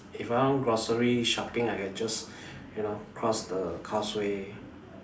if I want grocery shopping I can just you know cross the causeway